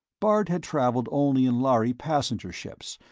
bart had traveled only in lhari passenger ships,